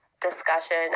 discussion